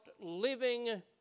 living